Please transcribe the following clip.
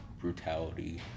brutality